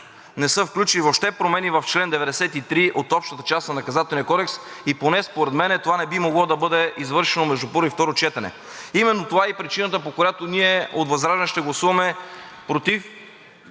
не са включили въобще промени в чл. 93 от общата част на Наказателния кодекс и поне според мен това не би могло да бъде извършено между първо и второ четене. Именно това е и причината, по която ние от ВЪЗРАЖДАНЕ ще гласуваме против